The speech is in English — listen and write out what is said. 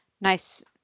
nice